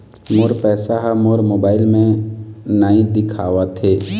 मोर पैसा ह मोर मोबाइल में नाई दिखावथे